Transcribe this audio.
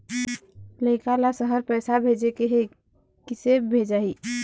लइका ला शहर पैसा भेजें के हे, किसे भेजाही